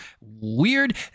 Weird